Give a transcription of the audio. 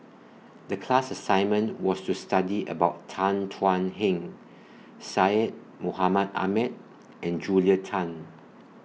The class assignment was to study about Tan Thuan Heng Syed Mohamed Ahmed and Julia Tan